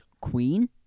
Queen